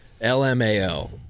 LMAO